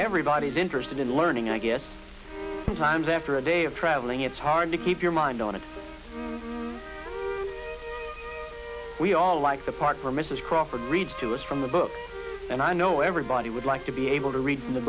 everybody's interested in learning i guess sometimes after a day of travelling it's hard to keep your mind on it we all like the park or mrs crawford reads to us from the book and i know everybody would like to be able to read the